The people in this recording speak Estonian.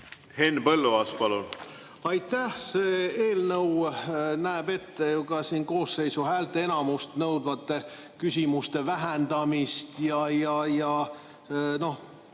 Henn Põlluaas, palun! Aitäh! See eelnõu näeb ette ju ka koosseisu häälteenamust nõudvate küsimuste vähendamist ja